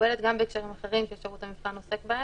מקובלת גם בהקשרים אחרים ששירות המבחן עוסק בהם,